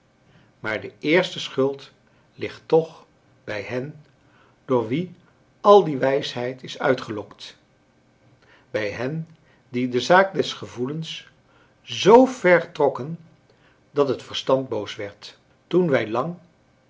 maar de eerste schuld ligt toch bij hen door wie al die wijsheid is uitgelokt bij hen die de zaak des gevoels z ver trokken dat het verstand boos werd toen wij lang